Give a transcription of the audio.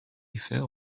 feel